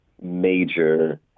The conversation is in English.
major